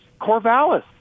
Corvallis